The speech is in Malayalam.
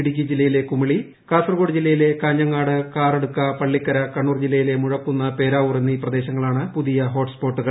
ഇടുക്കി ജില്ലയിലെ കുമളി കാസർഗോഡ് ജില്ലയിലെ കാഞ്ഞങ്ങാട് കാറഡുക്ക പള്ളിക്കര കണ്ണൂർ ജില്ലയിലെ മുഴക്കുന്ന് പേരാവൂർ എന്നീ പ്രദേശങ്ങളാണ് പുതിയ ഹോട്ട് സ്പോട്ടുകൾ